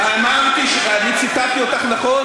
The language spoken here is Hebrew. אני ציטטתי אותך נכון?